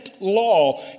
law